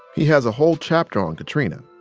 he has a whole chapter on katrina.